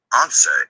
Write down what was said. Answer